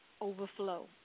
overflow